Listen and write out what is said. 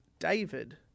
David